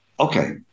Okay